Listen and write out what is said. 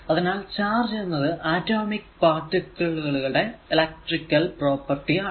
അതിനാൽ ചാർജ് എന്നത് atomic particle കളുടെ ഒരു ഇലെക്ട്രിക്കൽ പ്രോപ്പർട്ടി ആണ്